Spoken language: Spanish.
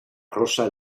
rosa